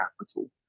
capital